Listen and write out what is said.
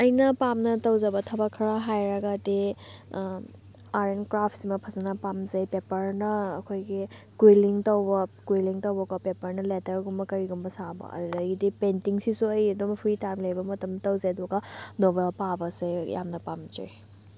ꯑꯩꯅ ꯄꯥꯝꯅ ꯇꯧꯖꯕ ꯊꯕꯛ ꯈꯔ ꯍꯥꯏꯔꯒꯗꯤ ꯑꯥꯔꯠ ꯑꯦꯟ ꯀ꯭ꯔꯥꯐꯁꯤꯃ ꯐꯖꯅ ꯄꯥꯝꯖꯩ ꯄꯦꯄꯔꯅ ꯑꯩꯈꯣꯏꯒꯤ ꯀ꯭ꯋꯤꯂꯤꯡ ꯇꯧꯕ ꯀ꯭ꯋꯤꯂꯤꯡ ꯇꯧꯕꯀꯣ ꯄꯦꯄꯔꯅ ꯂꯦꯇꯔꯒꯨꯝꯕ ꯀꯩꯒꯨꯝꯕ ꯁꯥꯕ ꯑꯗꯨꯗꯒꯤꯗꯤ ꯄꯦꯟꯇꯤꯡꯁꯤꯁꯨ ꯑꯩ ꯑꯗꯨꯝ ꯐ꯭ꯔꯤ ꯇꯥꯏꯝ ꯂꯩꯕ ꯃꯇꯝꯗ ꯇꯧꯖꯩ ꯑꯗꯨꯒ ꯅꯣꯕꯦꯜ ꯄꯥꯕꯁꯦ ꯌꯥꯝꯅ ꯄꯥꯝꯖꯩ